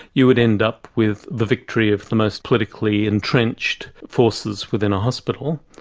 you would end up with the victory of the most politically entrenched forces within a hospital,